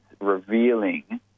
revealing